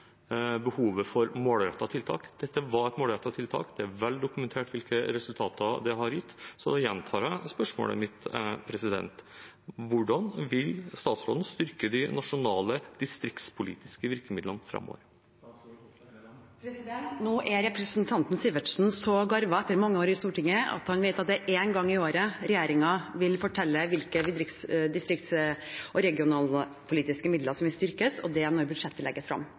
behovet for målrettede tiltak. Dette var et målrettet tiltak, og det er vel dokumentert hvilke resultater det har gitt. Så da gjentar jeg spørsmålet mitt: Hvordan vil statsråden styrke de nasjonale distriktspolitiske virkemidlene framover? Nå er representanten Sivertsen så garvet etter mange år i Stortinget at han vet at det er én gang i året regjeringen vil fortelle hvilke distrikts- og regionalpolitiske midler som vil styrkes, og det er når budsjettet legges